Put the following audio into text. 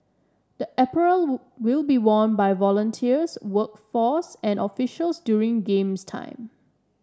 the apparel will be worn by volunteers workforce and officials during Games time